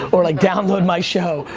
or like, download my show.